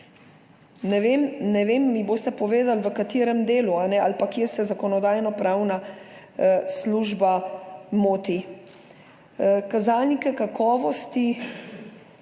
ne vem, mi boste povedali, v katerem delu ali pa kje se Zakonodajno-pravna služba moti. Kazalniki kakovosti.